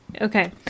Okay